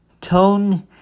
tone